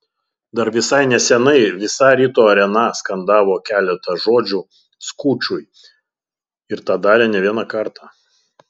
dar visai nesenai visa ryto arena skandavo keletą žodžių skučui ir tą darė ne vieną kartą